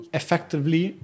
effectively